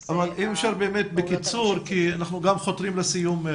לנושא הפעולות --- אבל אם אפשר באמת בקיצור כי אנחנו חותרים לסיום.